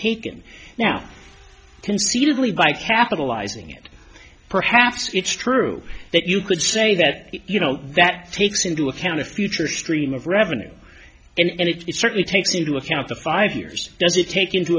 taken now conceivably by capitalizing it perhaps it's true that you could say that you know that takes into account a future stream of revenue and it certainly takes into account the five years does it take into